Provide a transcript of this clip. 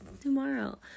tomorrow